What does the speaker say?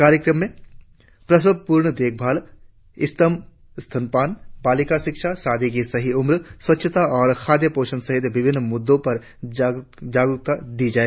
कार्यक्रम में प्रसवपूर्व देखभाल इस्टतम स्तनपान बालिका शिक्षा शादी की सही उम्र स्वच्छता और खाद्य पोषण सहित विभिन्न मुद्दों पर जागरुकता दी गई